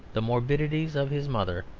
the morbidities of his mother,